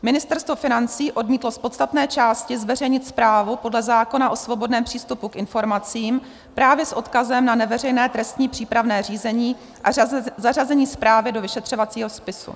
Ministerstvo financí odmítlo z podstatné části zveřejnit zprávu podle zákona o svobodném přístupu k informacím právě s odkazem na neveřejné trestní přípravné řízení a zařazení zprávy do vyšetřovacího spisu.